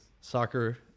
Soccer